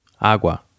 Agua